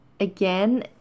Again